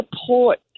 support